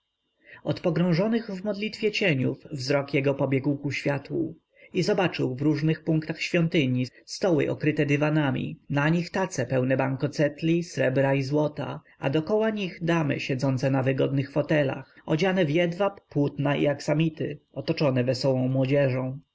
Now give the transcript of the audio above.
od pogrążonych w modlitwie cieniów wzrok jego pobiegł ku światłu i zobaczył w różnych punktach świątyni stoły okryte dywanami na nich tace pełne bankocetli srebra i złota a dokoła nich damy siedzące na wygodnych fotelach odziane w jedwab pióra i aksamity otoczone wesołą młodzieżą